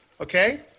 Okay